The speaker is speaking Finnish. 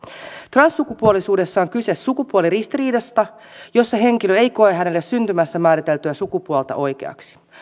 transsukupuolisuudessa on kyse sukupuoliristiriidasta jossa henkilö ei koe hänelle syntymässä määriteltyä sukupuolta oikeaksi